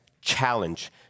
challenge